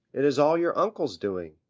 it is all your uncle's doing.